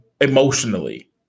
emotionally